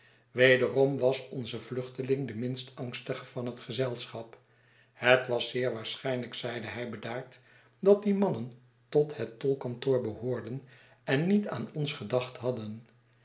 wederom was onze vluchteling de minst angstige van het gezelschap het was zeer waarschijnlijk zeide hij bedaard dat die mannen tot het tolkantoor behoorden en niet aan ons gedacht hadden